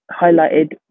highlighted